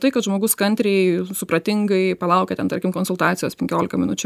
tai kad žmogus kantriai supratingai palaukė ten tarkim konsultacijos penkiolika minučių